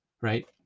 right